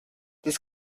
this